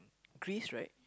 Greece right